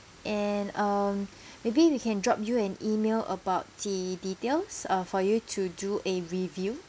and um maybe we can drop you an email about the details uh for you to do a review